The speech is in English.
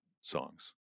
songs